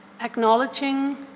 acknowledging